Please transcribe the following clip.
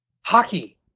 Hockey